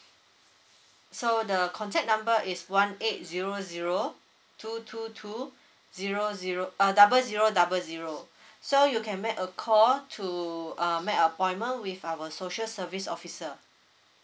so the contact number is one eight zero zero two two two zero zero ah double zero double zero so you can make a call to um make appointment with our social service officer